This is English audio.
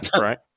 right